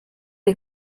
est